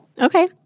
Okay